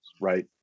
right